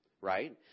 right